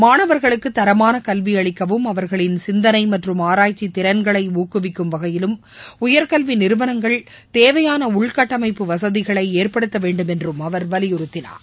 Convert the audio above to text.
மாணவர்களுக்கு தரமான கல்வி அளிக்கவும் அவர்களின் சிந்தனை மற்றும் ஆராய்ச்சி திறன்களை ஊக்குவிக்கும் வகையில் உயர்கல்வி நிறுவனங்கள் தேவையான உள்கட்டமைப்பு வசதிகளை ஏற்படுத்தவேண்டும் என்றும் அவர் வலியறுத்தினார்